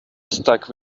stuck